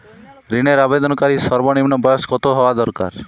ঋণের আবেদনকারী সর্বনিন্ম বয়স কতো হওয়া দরকার?